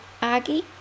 Aggie